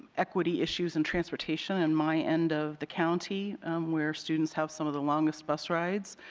equity issues and transportation on my end of the county where students have some of the longest bus rides.